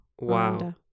Wow